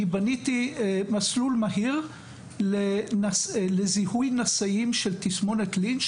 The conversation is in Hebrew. בניתי מסלול מהיר לזיהוי נשאים של תסמונת לינץ',